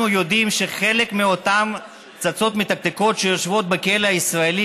אנחנו יודעים שחלק מאותן פצצות מתקתקות שיושבות בכלא הישראלי